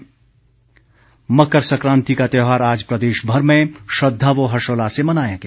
मकर सक्रांति मकर सक्रांति का त्यौहार आज प्रदेशभर में श्रद्धा व हर्षोल्लास से मनाया गया